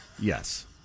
Yes